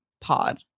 pod